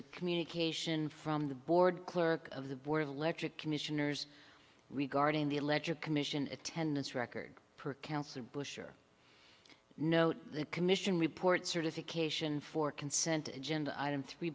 a communication from the board clerk of the board of electric commissioners regarding the electric commission attendance record per councillor bush or note the commission report certification for consent agenda item three